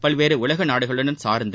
பல்வேறு உலக நாடுகளுடன் சார்ந்து